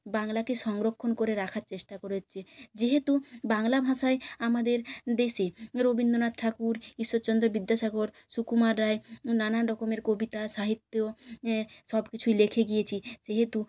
বাংলাকে সংরক্ষণ করে রাখার চেষ্টা করা হচ্ছে যেহেতু বাংলা ভাষায় আমাদের দেশে রবীন্দ্রনাথ ঠাকুর ঈশ্বরচন্দ্র বিদ্যাসাগর সুকুমার রায় নানান রকমের কবিতা সাহিত্য সব কিছুই লিখে গিয়েছে সেহেতু